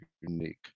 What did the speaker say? unique